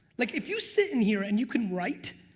like if you sit in here and you can write,